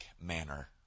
manner